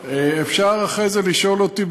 אפשר אחרי זה לשאול אותי,